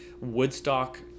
Woodstock